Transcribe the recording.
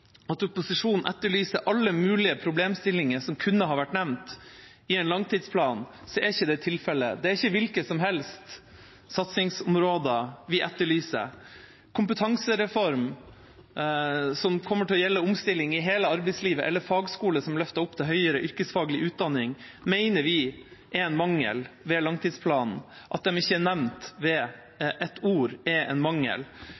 at opposisjonen etterlyser alle mulige problemstillinger som kunne ha vært nevnt i en langtidsplan, er ikke det tilfellet. Det er ikke hvilke som helst satsingsområder vi etterlyser. At kompetansereformen, som kommer til å gjelde omstilling i hele arbeidslivet, eller fagskoler, som løfter opp til høyere yrkesfaglig utdanning, ikke er nevnt med ett ord, mener vi er en mangel ved langtidsplanen.